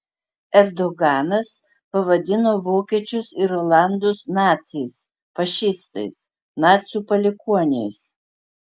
erdoganas pavadino vokiečius ir olandus naciais fašistais nacių palikuoniais